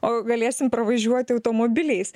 o galėsim pravažiuoti automobiliais